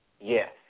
Yes